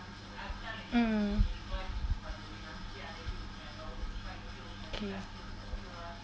mm okay